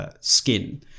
skin